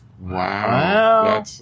Wow